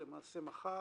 למעשה מחר.